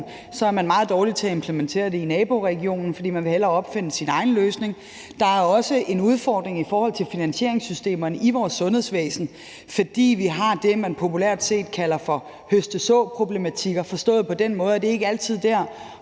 så er man meget dårlig til at implementere det i naboregionen, fordi man hellere vil opfinde sin egen løsning. Der er også en udfordring i forhold til finansieringssystemerne i vores sundhedsvæsen, fordi vi har det, man populært set kalder for høste-så-problematikker, forstået på den måde, at det ikke altid er